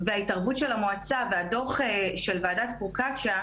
ההתערבות של המועצה והדוח של ועדת פרוקצ'יה,